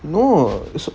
no so